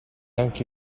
anche